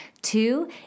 Two